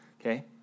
okay